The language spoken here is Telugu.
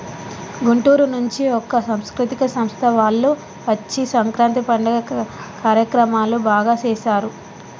గుంటూరు నుంచి ఒక సాంస్కృతిక సంస్థ వాళ్ళు వచ్చి సంక్రాంతి పండుగ కార్యక్రమాలు బాగా సేశారు